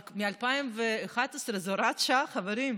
אבל מ-2011 זו הוראת שעה, חברים.